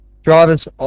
drivers